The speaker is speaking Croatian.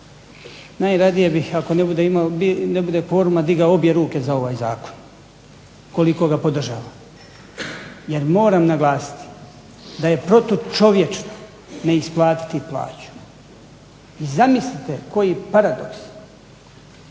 najradije bih ako ne bude kvoruma digao obje ruke za ovaj zakon, koliko ga podržavam, jer moram naglasiti da je protučovječno ne isplatiti plaću. I zamislite koji paradoks,